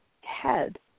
head